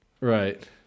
Right